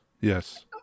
yes